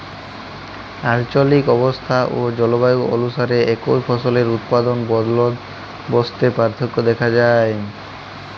আলচলিক অবস্থাল অ জলবায়ু অলুসারে একই ফসলের উৎপাদল বলদবস্তে পার্থক্য দ্যাখা যায়